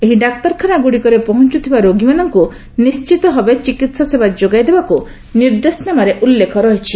ଏହି ଡାକ୍ତରଖାନା ଗୁଡ଼ିକରେ ପହଞ୍ଚଥିବା ରୋଗୀମାନଙ୍କୁ ନିଣ୍ଟିତ ଭାବେ ଚିକିତ୍ସା ସେବା ଯୋଗାଇଦେବାକୁ ନିର୍ଦ୍ଦେଶନାମାରେ ଉଲ୍ଲେଖ ରହିଛି